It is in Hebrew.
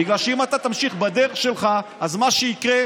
בגלל שאם אתה תמשיך בדרך שלך אז מה שיקרה,